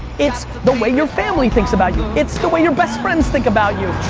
it's the way your family thinks about you. it's the way your best friends think about you.